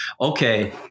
okay